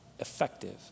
effective